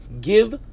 Give